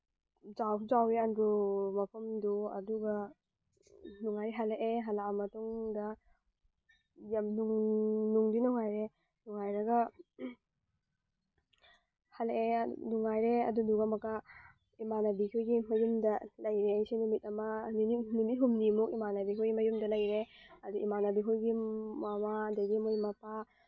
ꯆꯥꯎꯁꯨ ꯆꯥꯎꯔꯦ ꯑꯟꯗ꯭ꯔꯣ ꯃꯐꯝꯗꯨ ꯑꯗꯨꯒ ꯅꯨꯡꯉꯥꯏ ꯍꯜꯂꯛꯑꯦ ꯍꯜꯂꯛꯑ ꯃꯇꯨꯡꯗ ꯌꯥꯝ ꯅꯨꯡꯗꯤ ꯅꯨꯡꯉꯥꯏꯔꯦ ꯅꯨꯡꯉꯥꯏꯔꯒ ꯍꯜꯂꯛꯑꯦ ꯅꯨꯡꯉꯥꯏꯔꯦ ꯑꯗꯨꯗꯨꯒ ꯑꯃꯛꯀ ꯏꯃꯥꯟꯅꯕꯤꯈꯣꯏꯒꯤ ꯃꯌꯨꯝꯗ ꯂꯩꯔꯦ ꯑꯩꯁꯤ ꯅꯨꯃꯤꯠ ꯑꯃ ꯅꯨꯃꯤꯠ ꯍꯨꯝꯅꯤꯃꯨꯛ ꯏꯃꯥꯟꯅꯕꯤꯈꯣꯏ ꯃꯌꯨꯝꯗ ꯂꯩꯔꯦ ꯑꯗ ꯏꯃꯥꯟꯅꯕꯤꯈꯣꯏꯒꯤ ꯃꯃꯥ ꯑꯗꯒꯤ ꯃꯣꯏ ꯃꯄꯥ